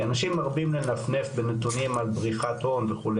כי אנשים מרבים לנפנף על נתונים של בריחת הון וכו',